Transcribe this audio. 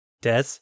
Des